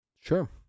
Sure